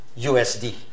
USD